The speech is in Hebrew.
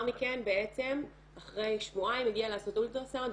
מכן אחרי שבועיים הגיעה לעשות אולטראסאונד,